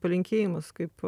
palinkėjimas kaip